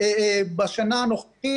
בשנה הנוכחית.